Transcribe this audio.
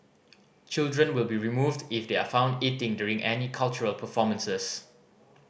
children will be removed if they are found eating during any cultural performances